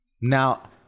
Now